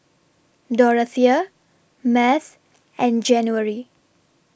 Dorathea Math and January